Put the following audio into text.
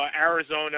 Arizona